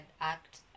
act